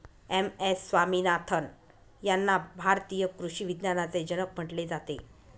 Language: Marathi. एम.एस स्वामीनाथन यांना भारतीय कृषी विज्ञानाचे जनक म्हटले जाते